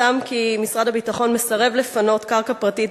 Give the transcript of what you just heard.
פורסם כי משרד הביטחון מסרב לפנות קרקע פרטית